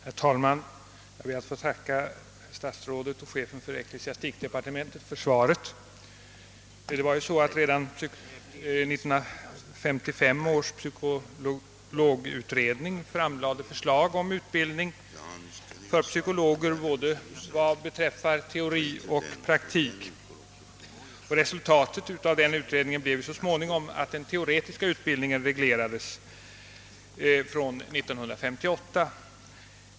Herr talman! Jag ber att få tacka statsrådet och chefen för ecklesiastikdepartementet för svaret på min fråga. Redan 1955 års psykologutredning framlade förslag om utbildning av psykologer både vad beträffar teori och praktik. Resultatet av den utredningen blev så småningom att den teoretiska utbildningen reglerades från år 1958.